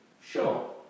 Sure